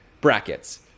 brackets